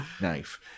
knife